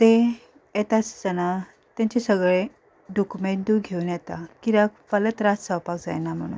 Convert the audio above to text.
ते येता आसतना तेंचे सगळें डोक्युमेंटूय घेवन येता किद्याक कसलें त्रास जावपा जायना म्हणून